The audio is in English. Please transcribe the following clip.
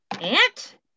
aunt